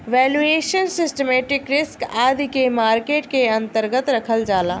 valuation, systematic risk आदि के market के अन्तर्गत रखल जाला